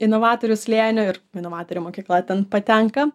inovatorių slėnio ir inovatorių mokykla ten patenka